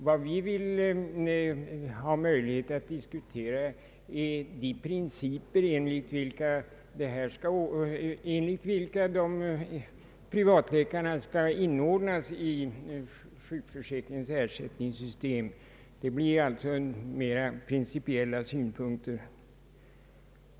Vad vi vill diskutera är efter vilka principer de privatpraktiserande läkarna skall inordnas i sjukförsäkringens ersättningssystem. Det gäller alltså mera principiella synpunkter.